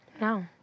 No